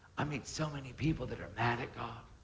i meet so many people that are mad at god.